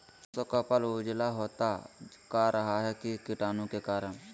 सरसो का पल उजला होता का रहा है की कीटाणु के करण?